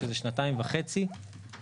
שזה שנתיים וחצי,